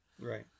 Right